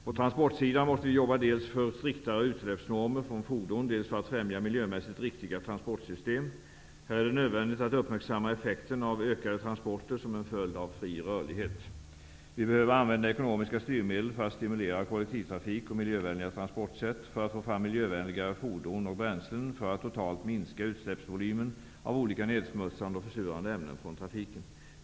På transportsidan måste vi jobba dels för striktare utsläppsnormer från fordon, dels för att främja miljömässigt riktiga transportsystem. Här är det nödvändigt att uppmärksamma effekten av ökade transporter som en följd av fri rörlighet. Vi behöver använda ekonomiska styrmedel för att stimulera kollektivtrafik och miljövänliga transportsätt, för att få fram miljövänligare fordon och bränslen och för att totalt minska utsläppsvolymen av olika nedsmutsande och försurande ämnen från trafiken.